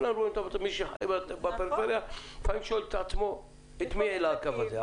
מי שחי בפריפריה לפעמים שואל את עצמו מי עולה לקו הזה,